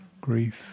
grief